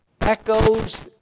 echoes